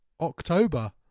october